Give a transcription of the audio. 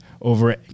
over –